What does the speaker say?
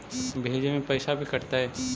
भेजे में पैसा भी कटतै?